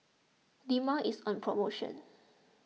Dermale is on promotion